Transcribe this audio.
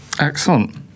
Excellent